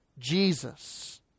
Jesus